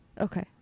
Okay